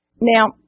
Now